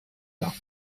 bains